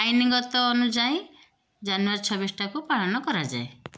ଆଇନଗତ ଅନୁଯାୟୀ ଜାନୁଆରୀ ଛବିଶଟାକୁ ପାଳନ କରାଯାଏ